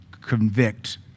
convict